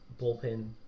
bullpen